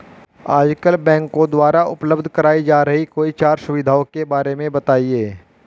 आजकल बैंकों द्वारा उपलब्ध कराई जा रही कोई चार सुविधाओं के बारे में बताइए?